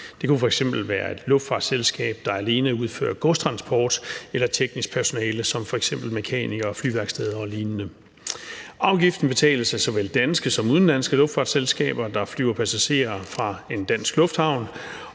Det kunne f.eks. være et luftfartsselskab, der alene udfører godstransport, eller teknisk personale som f.eks. mekanikere, flyværksteder og lignende. Afgiften betales af såvel danske som udenlandske luftfartsselskaber, der flyver passagerer fra en dansk lufthavn,